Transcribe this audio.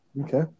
Okay